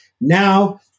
Now